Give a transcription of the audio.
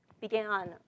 began